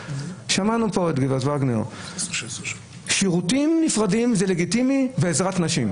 שמענו פה את גברת וגנר: שירותים נפרדים ועזרת נשים זה לגיטימי.